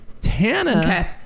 Tana